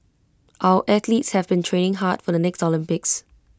our athletes have been training hard for the next Olympics